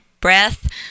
breath